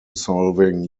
solving